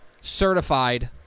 certified